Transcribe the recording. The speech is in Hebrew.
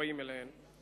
המובאים אליהם.